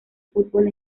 fútbol